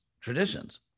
traditions